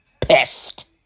pissed